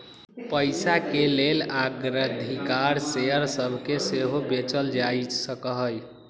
पइसाके लेल अग्राधिकार शेयर सभके सेहो बेचल जा सकहइ